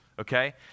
okay